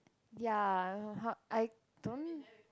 ya how~ I don't